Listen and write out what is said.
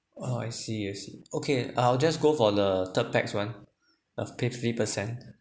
oh I see I see okay I'll just go for the third pax one the fifty percent